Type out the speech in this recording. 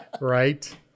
Right